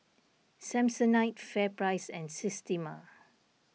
Samsonite FairPrice and Systema